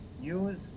use